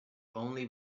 only